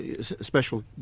special